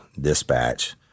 Dispatch